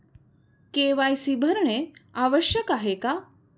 KYC भरणे आवश्यक आहे का?